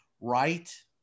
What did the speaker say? right